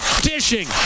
dishing